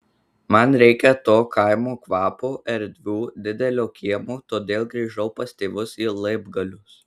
man reikia to kaimo kvapo erdvių didelio kiemo todėl grįžau pas tėvus į laibgalius